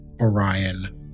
orion